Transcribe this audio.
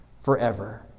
forever